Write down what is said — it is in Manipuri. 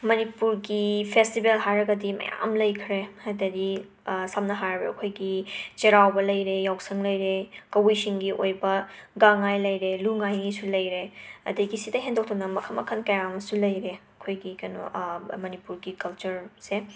ꯃꯅꯤꯄꯨꯔꯒꯤ ꯐꯦꯁꯇꯤꯕꯦꯜ ꯍꯥꯏꯔꯒꯗꯤ ꯃꯌꯥꯝ ꯂꯩꯈ꯭ꯔꯦ ꯍꯥꯏꯇꯥꯔꯗꯤ ꯁꯝꯅ ꯍꯥꯏꯔꯕꯗ ꯑꯩꯈꯣꯏꯒꯤ ꯆꯩꯔꯥꯎꯕ ꯂꯩꯔꯦ ꯌꯥꯎꯁꯪ ꯂꯩꯔꯦ ꯀꯕꯨꯏꯁꯤꯡꯒꯤ ꯑꯣꯏꯕ ꯒꯥꯟꯉꯥꯏ ꯂꯨꯏ ꯉꯥꯏ ꯅꯤꯁꯨ ꯂꯩꯔꯦ ꯑꯗꯒꯤ ꯑꯁꯤꯗꯩ ꯍꯦꯟꯗꯣꯛꯇꯅ ꯃꯈꯜ ꯃꯈꯜ ꯀꯌꯥ ꯑꯝꯁꯨ ꯂꯩꯔꯦ ꯑꯩꯈꯣꯏꯒꯤ ꯀꯩꯅꯣ ꯕ ꯃꯅꯤꯄꯨꯔꯒꯤ ꯀꯜꯆꯔꯁꯦ